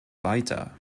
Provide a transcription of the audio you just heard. weiter